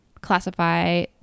classify